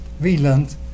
Wieland